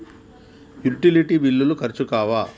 Utility బిల్లులు ఖర్చు కావా?